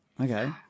Okay